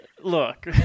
look